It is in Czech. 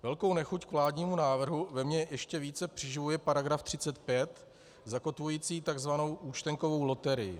Velkou nechuť k vládnímu návrhu ve mně ještě více přiživuje § 35 zakotvující tzv. účtenkovou loterii.